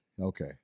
okay